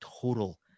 total